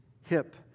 hip